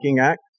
Act